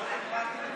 לא נלחץ לי.